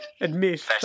admit